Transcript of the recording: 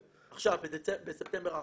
עכשיו, בספטמבר האחרון.